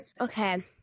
Okay